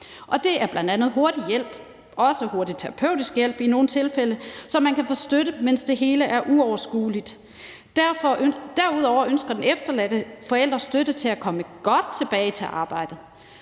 Det er bl.a. hurtig hjælp, også hurtig terapeutisk hjælp i nogle tilfælde, så man kan få støtte, mens det hele er uoverskueligt. Derudover ønsker den efterladte forælder støtte til at komme godt tilbage til arbejdet.